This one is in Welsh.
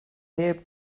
heb